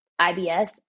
ibs